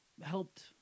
helped